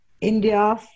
India